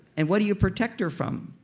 and what do you protect her from?